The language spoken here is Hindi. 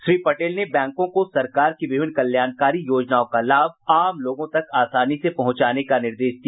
श्री पटेल ने बैंकों को सरकारी की विभिन्न कल्याणकारी योजनाओं का लाभ आम लोगों तक आसानी से पहुंचाने का निर्देश दिया